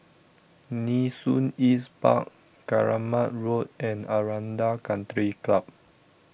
Nee Soon East Park Keramat Road and Aranda Country Club